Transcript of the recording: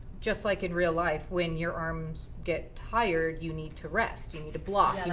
just like in real life, when your arms get tired, you need to rest. you need to block. and